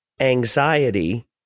anxiety